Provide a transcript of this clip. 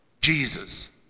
Jesus